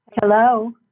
Hello